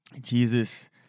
Jesus